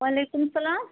وعلیکُم سلام